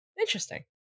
interesting